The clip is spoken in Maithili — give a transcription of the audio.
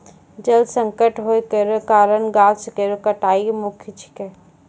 जल संकट होय केरो कारण गाछ केरो कटाई मुख्य छिकै